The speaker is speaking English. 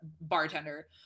bartender